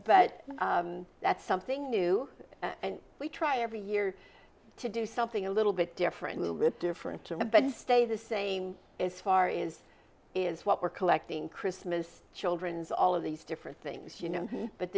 but that's something new we try every year to do something a little bit different move it different to me but stay the same is far is is what we're collecting christmas children's all of these different things you know but